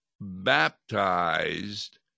baptized